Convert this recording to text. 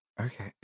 Okay